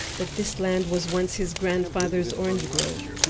that this land was once his grandfather's orange grove.